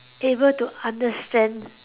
able to understand